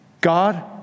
God